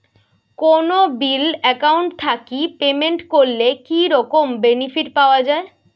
কোনো bill account থাকি payment করলে কি রকম বেনিফিট পাওয়া য়ায়?